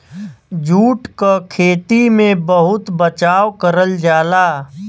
jute क खेती में बहुत बचाव करल जाला